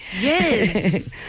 Yes